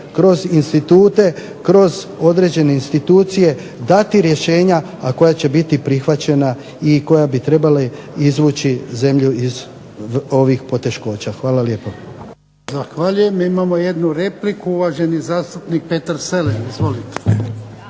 kroz institute, kroz određene institucije dati rješenja, a koja će biti prihvaćena i koja bi trebali izvući zemlju iz ovih poteškoća. Hvala lijepo. **Jarnjak, Ivan (HDZ)** Zahvaljujem. Imamo jednu repliku, uvaženi zastupnik Petar Selem. Izvolite.